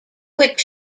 quick